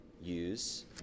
use